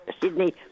Sydney